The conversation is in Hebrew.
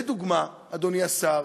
לדוגמה, אדוני השר,